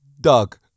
Doug